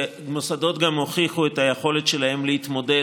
והמוסדות גם הוכיחו את יכולתם להתמודד